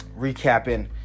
recapping